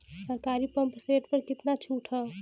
सरकारी pump set प कितना छूट हैं?